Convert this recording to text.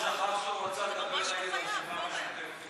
הוא שכח שהוא רצה לדבר נגד הרשימה המשותפת.